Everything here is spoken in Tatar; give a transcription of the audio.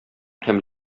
һәм